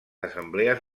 assemblees